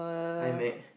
iMac